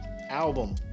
album